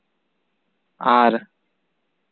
ᱟᱨ